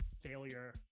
failure